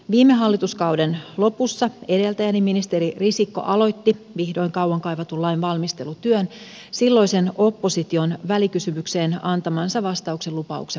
viime hallituskauden lopussa edeltäjäni ministeri risikko aloitti vihdoin kauan kaivatun lain valmistelutyön silloisen opposition välikysymykseen antamansa vastauksen lupauksen mukaisesti